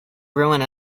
ruin